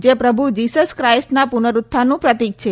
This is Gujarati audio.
જે પ્રભ્ય જીસસ કાઇસ્ટના પ્રનરુત્થાનનું પ્રતિક છે